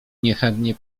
niechętnie